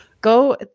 Go